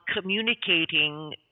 communicating